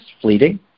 fleeting